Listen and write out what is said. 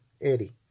Eddie